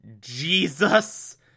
Jesus